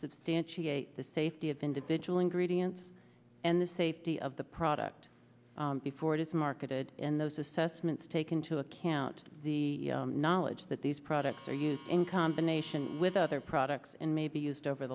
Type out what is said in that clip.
substantiate the safety of individual ingredients and the safety of the product before it is marketed in those assessments taken to a can't the knowledge that these products are used in combination with other products and may be used over